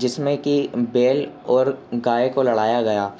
جس میں کہ بیل اور گائے کو لڑایا گیا